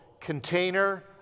container